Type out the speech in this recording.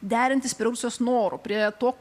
derintis prie rusijos norų prie to